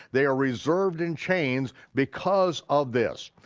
they are reserved in chains because of this.